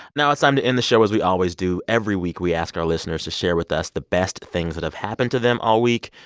now it's time to end the show as we always do. every week, we ask our listeners to share with us the best things that have happened to them all week.